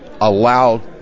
allow